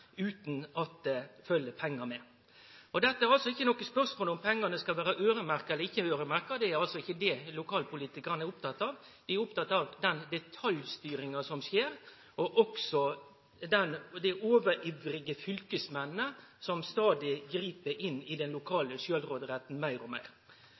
utan at det følgjer pengar med. Det er ikkje noko spørsmål om pengane skal vere øyremerkte eller ikkje øyremerkte, det er altså ikkje det lokalpolitikarane er opptekne av; dei er opptekne av den detaljstyringa som skjer, og av dei overivrige fylkesmennene som stadig grip meir og meir inn i den